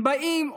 הם באים,